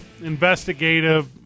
investigative